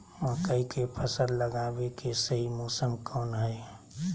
मकई के फसल लगावे के सही मौसम कौन हाय?